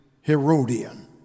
Herodian